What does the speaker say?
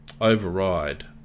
override